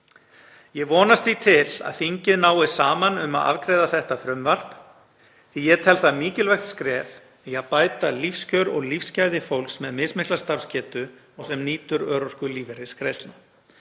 Ég vonast því til að þingið nái saman um að afgreiða frumvarpið því ég tel það mikilvægt skref í að bæta lífskjör og lífsgæði fólks með mismikla starfsgetu og sem nýtur örorkulífeyrisgreiðslna.